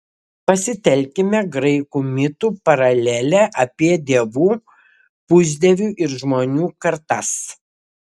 pasitelkime graikų mitų paralelę apie dievų pusdievių ir žmonių kartas